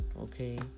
Okay